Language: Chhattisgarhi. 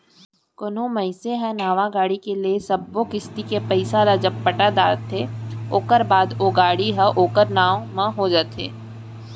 कोनो मनसे ह नवा गाड़ी के ले सब्बो किस्ती के पइसा ल जब पटा डरथे ओखर बाद ओ गाड़ी ह ओखर नांव म हो जाथे